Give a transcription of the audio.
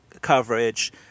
coverage